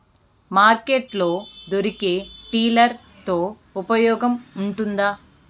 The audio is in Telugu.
మార్కెట్ లో దొరికే టిల్లర్ తో ఉపయోగం ఉంటుందా?